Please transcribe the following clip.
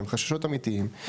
והם חששות אמיתיים.